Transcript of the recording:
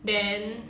mm